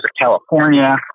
California